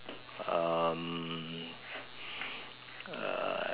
um